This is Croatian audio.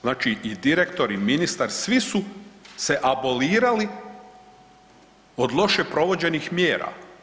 Znači i direktor i ministar svi su se abolirali od loše provođenih mjera.